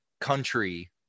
country